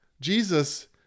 Jesus